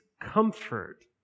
comfort